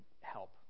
help